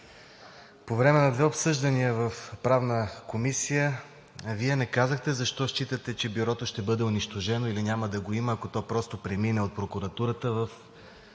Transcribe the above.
по време на две обсъждания в Правната комисия Вие не казахте, защото считате, че Бюрото ще бъде унищожено или няма да го има, ако то просто премине от прокуратурата в